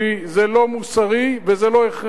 זה לא מוסרי וזה לא הכרחי.